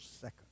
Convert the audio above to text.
second